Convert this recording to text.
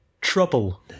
trouble